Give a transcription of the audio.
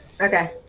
okay